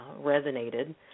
resonated